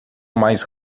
mais